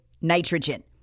nitrogen